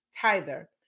tither